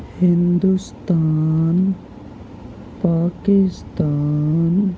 Hindustan Pakistan